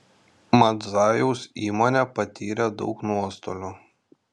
madzajaus įmonė patyrė daug nuostolių